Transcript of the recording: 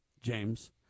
james